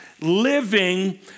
living